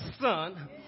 son